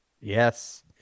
yes